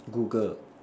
Google